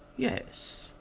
yes.